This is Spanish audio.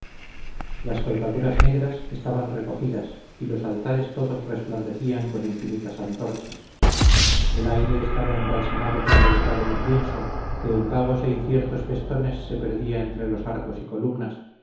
las colgaduras negras estaban recogidas y los altares todos resplandecían con infinitas antorchas el aire estaba embalsamado con delicado incienso que en vagos e inciertos festones se perdía entre los arcos y columnas